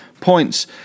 points